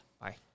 Bye